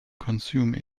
consume